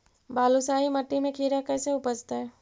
बालुसाहि मट्टी में खिरा कैसे उपजतै?